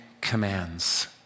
commands